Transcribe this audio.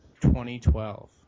2012